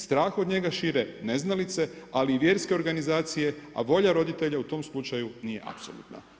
Strah od njega šire neznalice, ali i vjerske organizacije, a volja roditelja u tom slučaju nije apsolutna.